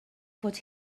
fod